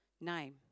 name